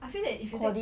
I feel that if you take